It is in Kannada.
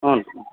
ಹ್ಞೂ ರೀ